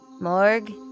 Morg